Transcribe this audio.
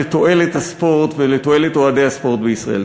לתועלת הספורט ולתועלת אוהדי הספורט בישראל.